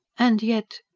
and yet.